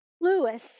Lewis